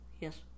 Yes